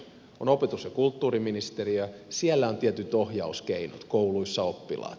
on opetus ja kulttuuriministeriö siellä on tietyt ohjauskeinot kouluissa oppilaat